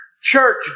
church